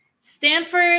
Stanford